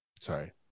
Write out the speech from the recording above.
Sorry